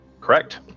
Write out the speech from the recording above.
Correct